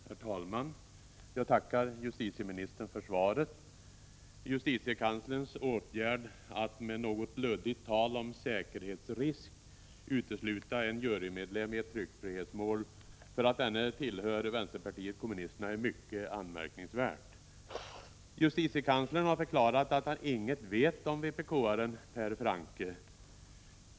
Herr talman! Jag tackar justitieministern för svaret. Justitiekanslerns åtgärd att med något luddigt tal om säkerhetsrisk utesluta en jurymedlem i ett tryckfrihetsmål därför att denne tillhör vänsterpartiet kommunisterna är mycket anmärkningsvärd. Justitiekanslern har förklarat att han inget vet om vpk-aren Per Francke.